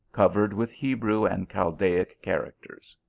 covered with hebrew and chaldaic characters.